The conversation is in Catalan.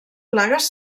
plagues